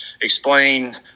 explain